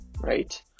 right